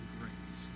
grace